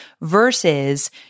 versus